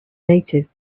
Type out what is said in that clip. natives